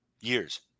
years